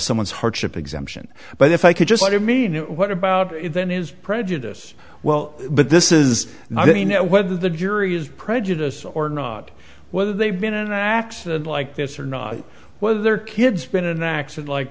someone's hardship exemption but if i could just i mean what about then is prejudice well but this is not a know whether the jury is prejudiced or not whether they've been an accident like this or not whether their kids been an accident like